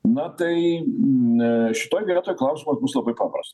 na tai n šitoj vietoj klausimas bus labai paprastas